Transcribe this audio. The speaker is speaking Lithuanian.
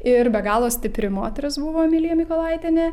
ir be galo stipri moteris buvo emilija mykolaitienė